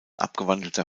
abgewandelter